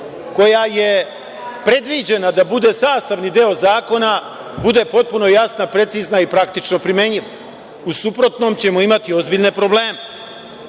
koja je predviđena da bude sastavni deo zakona, bude potpuno jasna, precizna i praktično primenljiva. U suprotnom ćemo imati ozbiljne probleme. Ono